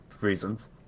reasons